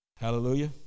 hallelujah